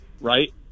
right